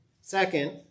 Second